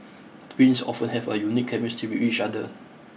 twins often have a unique chemistry with each other